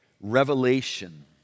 revelation